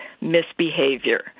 misbehavior